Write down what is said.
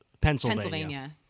Pennsylvania